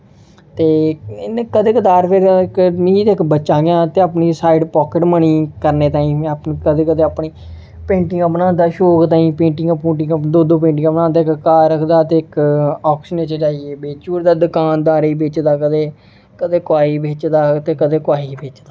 ते इ'यां कदें कदार फिर मी ते इक बच्चा गै ऐं ते अपनी साइड पॉकेट मनी करने ताहीं इ'यां कदें कदें अपनी पेंटिंगां बनाने दा शौक ताहीं पेंटिंगां पूटिंगां दो दो पेंटिंगां बनादा इक घर रखदा ते इक ऑक्शन च जाइयै बेची ओड़दा दकानदारें गी बेचदा कदें कदें कुसै गी बेचदा ते कदें कुसै गी बेचदा